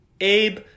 abe